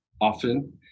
often